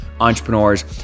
entrepreneurs